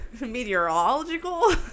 meteorological